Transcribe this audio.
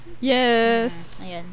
Yes